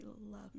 love